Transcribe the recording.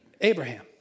Abraham